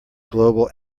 global